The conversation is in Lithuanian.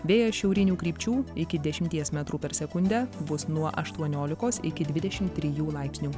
vėjas šiaurinių krypčių iki dešimties metrų per sekundę bus nuo aštuoniolikos iki dvidešim trijų laipsnių